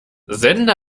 sende